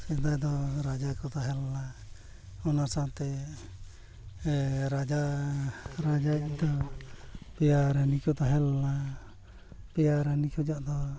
ᱥᱮᱫᱟᱭ ᱫᱚ ᱨᱟᱡᱟ ᱠᱚ ᱛᱟᱦᱮᱸ ᱞᱮᱱᱟ ᱚᱱᱟ ᱥᱟᱶᱛᱮ ᱨᱟᱡᱟ ᱨᱟᱡᱟ ᱫᱚ ᱯᱮᱭᱟ ᱨᱟᱱᱤ ᱠᱚ ᱛᱟᱦᱮᱸ ᱞᱮᱱᱟ ᱯᱮᱭᱟ ᱨᱟᱱᱤ ᱠᱷᱚᱭᱟᱜ ᱫᱚ